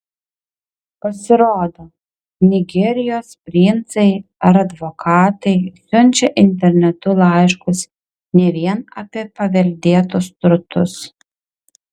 pasirodo nigerijos princai ar advokatai siunčia internetu laiškus ne vien apie paveldėtus turtus